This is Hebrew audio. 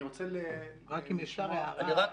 אני רוצה --- אם אפשר, הערה.